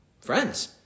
Friends